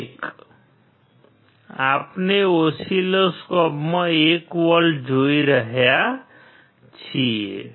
તે આપણે ઓસિલોસ્કોપમાં 1 વોલ્ટ જોઈએ છીએ